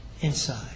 inside